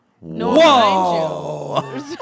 Whoa